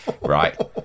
right